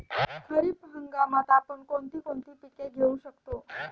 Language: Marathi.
खरीप हंगामात आपण कोणती कोणती पीक घेऊ शकतो?